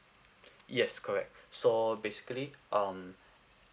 yes correct so basically um